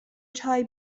چای